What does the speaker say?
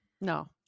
No